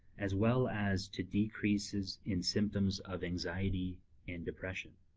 as well as to decreases in symptoms of anxiety and depression.